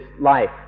life